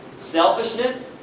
selfishness?